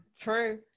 True